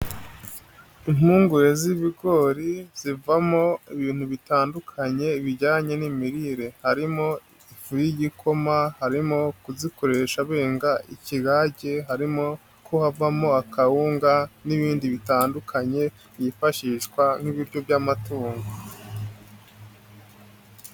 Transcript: Impungure z'ibigori zivamo ibintu bitandukanye bijyanye n'imirire, harimo ifu y'igikoma, harimo kuzikoresha benga ikigage, harimo ko havamo akawunga n'ibindi bitandukanye, byifashishwa nk'ibiryo by'amatungo.